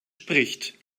spricht